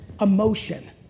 Emotion